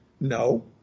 No